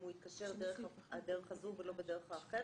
אם הוא יתקשר דרך הדרך הזאת ולא בדרך אחרת?